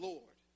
Lord